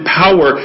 power